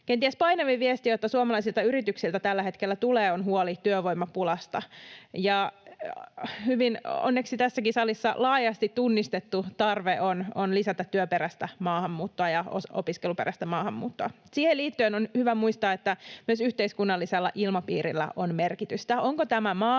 Kenties painavin viesti, jota suomalaisilta yrityksiltä tällä hetkellä tulee, on huoli työvoimapulasta. Onneksi tässäkin salissa laajasti tunnistettu tarve on lisätä työperäistä maahanmuuttoa ja opiskeluperäistä maahanmuuttoa. Siihen liittyen on hyvä muistaa, että myös yhteiskunnallisella ilmapiirillä on merkitystä. Onko tämä maa, jossa